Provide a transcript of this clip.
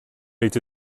été